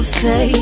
say